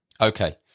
okay